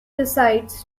decides